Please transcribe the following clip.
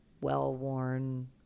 well-worn